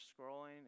scrolling